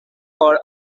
for